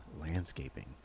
landscaping